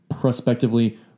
prospectively